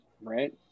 Right